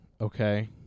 Okay